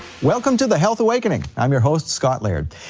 welcome to the health awakening, i'm your host scott laird.